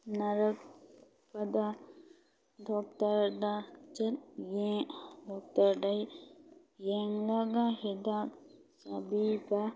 ꯅꯥꯔꯛꯄꯗ ꯗꯣꯛꯇꯔꯗ ꯗꯣꯛꯇꯔꯗ ꯌꯦꯡꯂꯒ ꯍꯤꯗꯥꯛ ꯆꯥꯕꯤꯕ